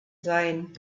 sein